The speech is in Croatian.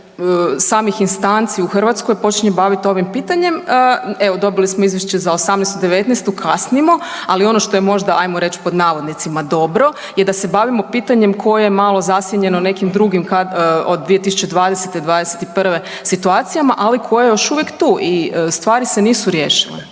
samih instanci u Hrvatskoj počinje bavit ovim pitanje. Evo dobili smo izvješće za '18., '19., kasnimo, ali ono što je možda, ajmo reć pod navodnicima dobro je da se bavimo pitanjem koje je malo zasjenjeno nekim drugim od 2020.-'21. situacijama, ali koje je još uvijek tu i stvari se nisu riješile.